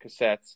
cassettes